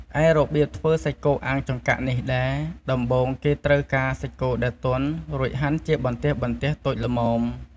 ឯរបៀបធ្វើសាច់់គោអាំងចង្កាក់នេះដែរ ដំបូងគេត្រូវការសាច់គោដែលទន់ រួចហាន់ជាបន្ទះៗតូចល្មម។